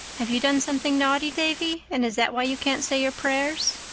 have you done something naughty, davy, and is that why you can't say your prayers?